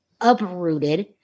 uprooted